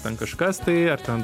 ten kažkas tai ar ten